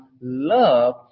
love